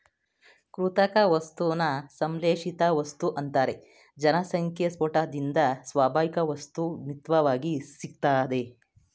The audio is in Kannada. ಕೃತಕ ವಸ್ತುನ ಸಂಶ್ಲೇಷಿತವಸ್ತು ಅಂತಾರೆ ಜನಸಂಖ್ಯೆಸ್ಪೋಟದಿಂದ ಸ್ವಾಭಾವಿಕವಸ್ತು ಮಿತ್ವಾಗಿ ಸಿಗ್ತದೆ